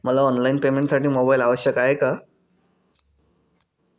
मला ऑनलाईन पेमेंटसाठी मोबाईल आवश्यक आहे का?